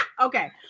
Okay